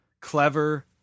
Clever